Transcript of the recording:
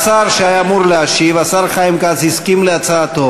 השר שהיה אמור להשיב, השר חיים כץ, הסכים להצעתו,